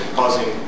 causing